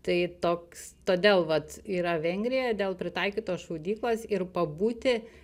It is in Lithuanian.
tai toks todėl vat yra vengrija dėl pritaikytos šaudyklos ir pabūti